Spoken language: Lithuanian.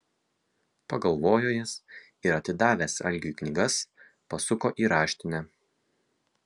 pagalvojo jis ir atidavęs algiui knygas pasuko į raštinę